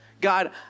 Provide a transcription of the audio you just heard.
God